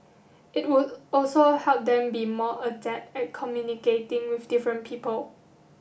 it would also help them be more adept at communicating with different people